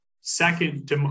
Second